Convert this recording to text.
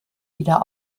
wieder